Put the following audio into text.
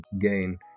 gain